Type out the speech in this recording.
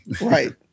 Right